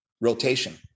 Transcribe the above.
rotation